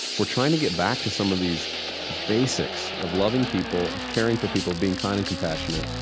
we're trying to get back to some of these basics of loving people, of caring for people, of being kind and compassionate.